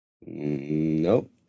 Nope